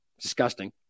Disgusting